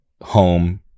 home